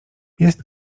jest